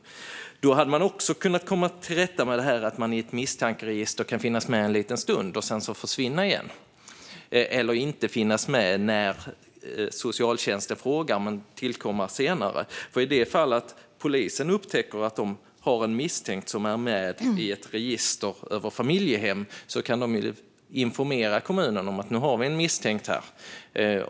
Man hade då också kunnat komma till rätta med detta med att en person kan finnas i ett misstankeregister en liten stund och sedan försvinna eller inte finnas där när socialtjänsten frågar men tillkomma senare. I det fall polisen upptäcker att de har en misstänkt som är med i ett register över familjehem kan de då informera kommunen om det.